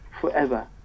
forever